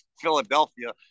Philadelphia